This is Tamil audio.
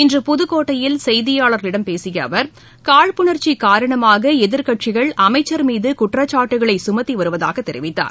இன்று புதுக்கோட்டையில் செய்தியாளாகளிடம் பேசிய அவா் காழ்ப்புணா்ச்சி காரணமாக எதிாக்கட்சிகள் அமைச்சர் மீது குற்றச்சாட்டுக்களை சுமத்தி வருவதாகத் தெரிவித்தார்